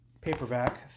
paperback